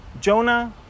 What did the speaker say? Jonah